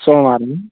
సోమవారం